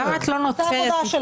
למה את לא נוצרת לפעמים?